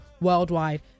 worldwide